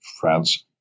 France